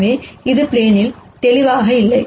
எனவே இது ப்ளேனில் தெளிவாக இல்லை